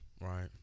Right